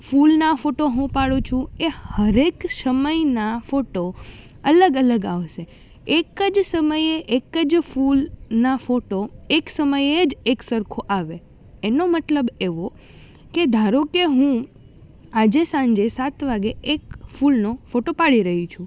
ફૂલના ફોટો હું પાડું છું એ હર એક સમયના ફોટો અલગ અલગ આવશે એક જ સમયે એક જ ફૂલના ફોટો એક સમયે જ એક સરખો આવે એનો મતલબ એવો કે ધારો કે હું આજે સાંજે સાત વાગ્યે એક ફૂલનો ફોટો પાડી રહી છું